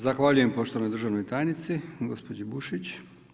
Zahvaljujem poštovanoj državnoj tajnici, gospođi Bušić.